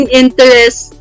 interest